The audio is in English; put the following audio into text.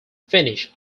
finnish